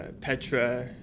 Petra